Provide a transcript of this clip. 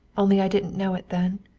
only i didn't know it then.